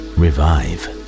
revive